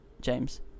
James